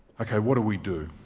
ok, what do we do?